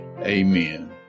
Amen